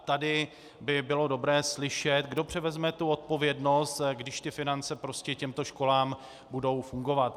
Tady by bylo dobré slyšet, kdo převezme tu odpovědnost, když ty finance prostě těmto školám budou chybět.